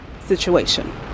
situation